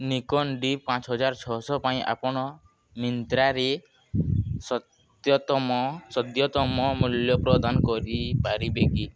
Nikon D ପାଞ୍ଚ ହଜାର ଛଅଶହ ପାଇଁ ଆପଣ ମିନ୍ତ୍ରାରେ ସତ୍ୟତମ ସଦ୍ୟତମ ମୂଲ୍ୟ ପ୍ରଦାନ କରିପାରିବେ କି